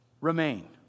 remain